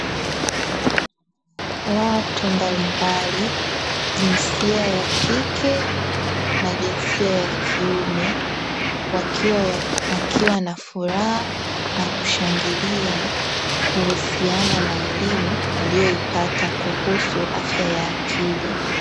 Watu mbalimbali jinsia ya kike na jinsia ya kiume, wakiwa na furaha na kushangilia kuhusiana na elimu waliyo ipata kuhusu afya ya akili.